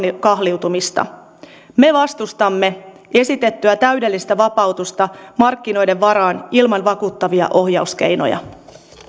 kahliutumista me vastustamme esitettyä täydellistä vapautusta markkinoiden varaan ilman vakuuttavia ohjauskeinoja